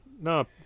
No